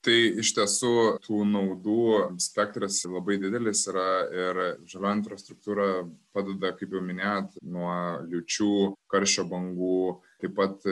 tai iš tiesų tų naudų spektras labai didelis yra ir žalioji infrastruktūra padeda kaip jau minėjot nuo liūčių karščio bangų taip pat